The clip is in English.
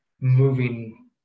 moving